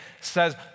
says